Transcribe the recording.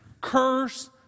Curse